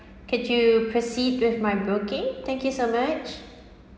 could you proceed with my booking thank you so much